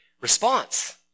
response